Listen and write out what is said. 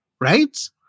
Right